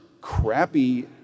crappy